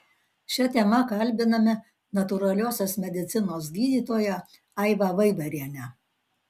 šia tema kalbiname natūraliosios medicinos gydytoją aivą vaivarienę